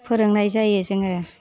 फोरोंनाय जायो जोङो